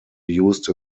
used